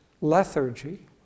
lethargy